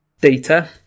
data